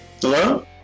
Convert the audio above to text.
Hello